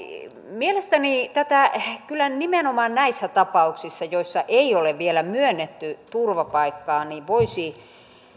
mielestäni tätä kyllä nimenomaan näissä tapauksissa joissa ei ole vielä myönnetty turvapaikkaa voisi